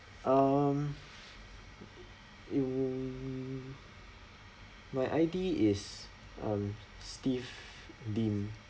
um mm my I_D is um steve lim